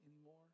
anymore